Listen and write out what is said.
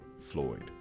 Floyd